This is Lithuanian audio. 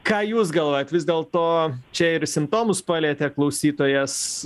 ką jūs galvojat vis dėl to čia ir simptomus palietė klausytojas